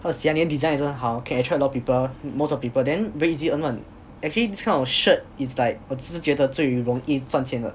how to say 你的 design 也是很好 can attract a lot of people most of the people then very easy earn [one] actually these kind of shirt is like 我就是觉得最容易赚钱的